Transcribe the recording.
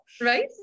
Right